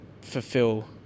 fulfill